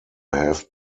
have